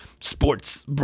sports